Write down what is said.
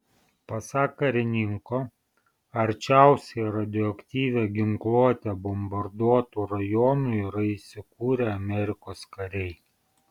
pasak karininko arčiausiai radioaktyvia ginkluote bombarduotų rajonų yra įsikūrę amerikos kariai